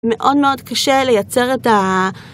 ‫מאוד מאוד קשה לייצר את ה...